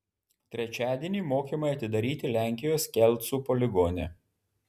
trečiadienį mokymai atidaryti lenkijos kelcų poligone